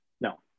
No